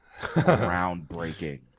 groundbreaking